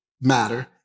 matter